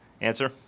answer